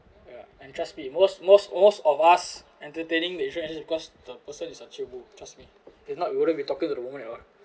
ya and trust me most most most of us entertaining the insurance agent because the person is on your move trust me they're not wouldn't be talking to the woman at all